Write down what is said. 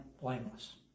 blameless